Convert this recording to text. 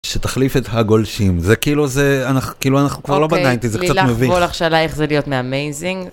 שתחליף את הגולשים זה כאילו זה אנחנו כאילו אנחנו כבר לא בניינטיז זה קצת מביך - אוקיי לילך וולך שאלה איך זה להיות מהמייזינג.